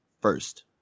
first